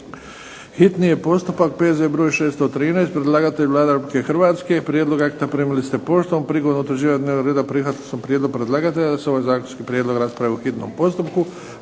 čitanje, P.Z. br. 613. Predlagatelj Vlada Republike Hrvatske. Prijedlog akta primili ste poštom. Prigodom utvrđivanja dnevnog reda prihvatili smo prijedlog predlagatelja da se ovaj zakonski prijedlog raspravi u hitnom postupku.